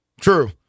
True